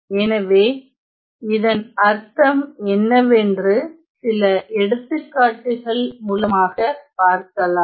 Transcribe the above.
எனவே இதன் அர்த்தம் என்னவென்று சில எடுத்துக்காட்டுகள் மூலமாக பார்க்கலாம்